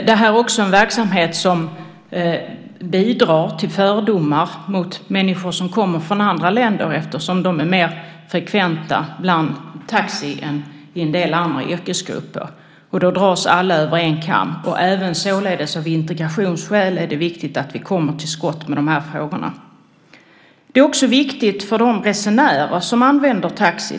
Detta är en verksamhet som också bidrar till fördomar mot människor som kommer från andra länder eftersom de är mer frekventa bland taxichaufförer än i en del andra yrkesgrupper. Då dras alla över en kam. Således är det även av integrationsskäl viktigt att vi kommer till skott med de här frågorna. Det är också viktigt för de resenärer som använder taxi.